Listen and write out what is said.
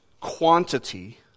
quantity